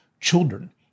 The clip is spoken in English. children